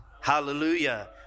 Hallelujah